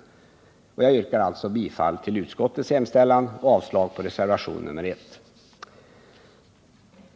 kapitalbudgeten Jag yrkar alltså bifall till utskottets hemställan och avslag på reservationen — inom kommunika 1.